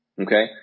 Okay